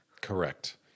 Correct